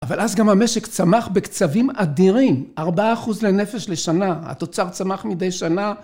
אבל אז גם המשק צמח בקצבים אדירים, 4% לנפש לשנה, התוצר צמח מדי שנה.